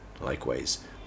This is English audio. Likewise